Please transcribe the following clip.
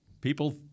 people